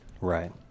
Right